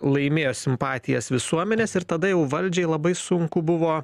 laimėjo simpatijas visuomenės ir tada jau valdžiai labai sunku buvo